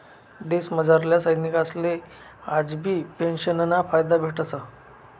देशमझारल्या सैनिकसले आजबी पेंशनना फायदा भेटस